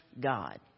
God